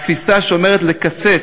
התפיסה שאומרת לקצץ,